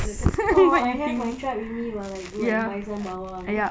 macam !aww! I have my tribe with me while I go buy some bawang